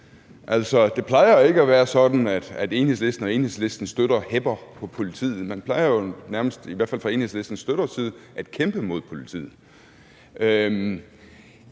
det plejer ikke at være sådan, at Enhedslisten og Enhedslistens støtter hepper på politiet. Man plejer jo nærmest, i hvert fald fra Enhedslistens støtters side, at kæmpe mod politiet.